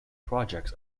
projects